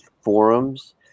forums